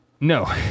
No